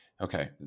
Okay